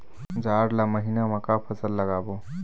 जाड़ ला महीना म का फसल लगाबो?